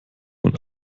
und